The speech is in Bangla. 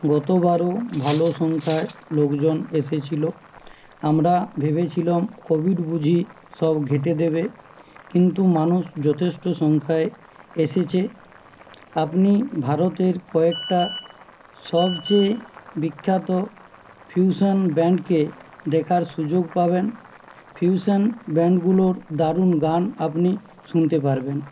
গতবারও ভালো সংখ্যায় লোকজন এসেছিলো আমরা ভেবেছিলাম কোভিড বুঝি সব ঘেঁটে দেবে কিন্তু মানুষ যথেষ্ট সংখ্যায় এসেছে আপনি ভারতের কয়েকটা সবচেয়ে বিখ্যাত ফিউশান ব্যান্ডকে দেখার সুযোগ পাবেন ফিউশান ব্যান্ডগুলোর দারুণ গান আপনি শুনতে পারবেন